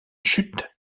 chute